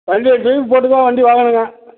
வண்டி டியூ போட்டு தான் வண்டி வாங்கணுங்க